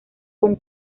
con